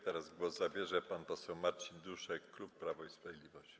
Teraz głos zabierze pan poseł Marcin Duszek, klub Prawo i Sprawiedliwość.